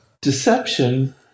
Deception